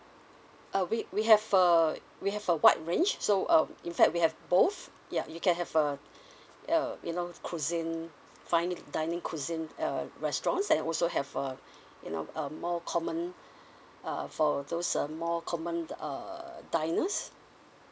uh we we have uh we have a wide range so um in fact we have both ya you can have uh uh you know cuisine fine dining cuisine uh restaurants and also have uh you know um more common uh for those uh more common uh diners